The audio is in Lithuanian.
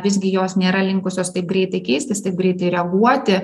visgi jos nėra linkusios taip greitai keistis taip greitai reaguoti